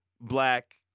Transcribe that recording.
black